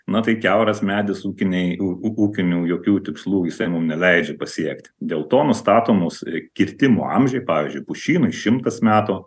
na tai kiauras medis ūkiniai ūkinių jokių tikslų jisai mum neleidžia pasiekti dėl to nustatomos ir kirtimo amžiai pavyzdžiui pušynui šimtas metų